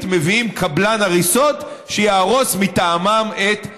מביאים קבלן הריסות שיהרוס מטעמם את הבית.